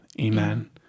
Amen